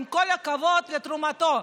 עם כל הכבוד לתרומתו.